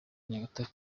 nyagatare